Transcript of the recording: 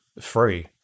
free